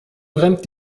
brennt